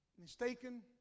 mistaken